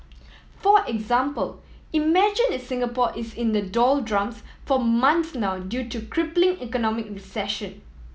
for example imagine if Singapore is in the doldrums for months now due to crippling economic recession